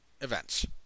events